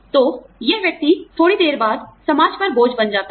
तो यह व्यक्ति थोड़ी देर के बाद समाज पर बोझ बन जाता है